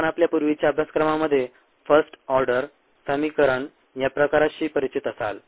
आपण आपल्या पूर्वीच्या अभ्यासक्रमांमध्ये फर्स्ट ऑर्डर समीकरण या प्रकाराशी परिचित असाल